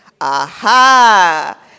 Aha